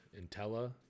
intella